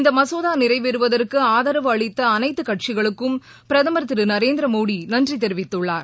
இந்த மசோதா நிறைவேறுவதற்கு ஆதரவு அளித்த அனைத்து கட்சிகளுக்கும் பிரதமர் திரு நரேந்திரமோடி நன்றி தெரிவித்துள்ளார்